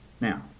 now